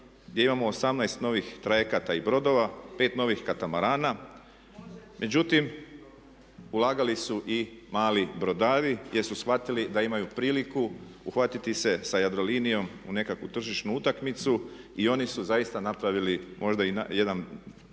gdje imamo 18 novih trajekata i brodova, 5 novih katamarana. Međutim, ulagali su i mali brodari jer su shvatili da imaju priliku uhvatiti se sa Jadrolinijom u nekakvu tržišnu utakmicu i oni su zaista napravili možda i jedan